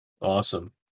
Awesome